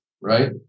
right